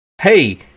hey